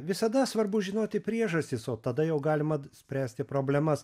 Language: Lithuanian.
visada svarbu žinoti priežastis o tada jau galima d spręsti problemas